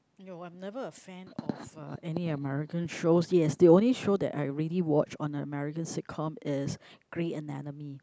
you were never a fan of uh any American shows yes the only show that I already watched on an American Sitcom is grey anatomy